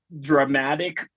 dramatic